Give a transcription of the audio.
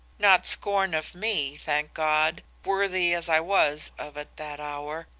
not scorn of me, thank god, worthy as i was of it that hour,